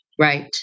Right